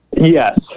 Yes